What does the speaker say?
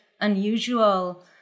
unusual